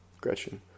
Gretchen